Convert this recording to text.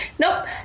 nope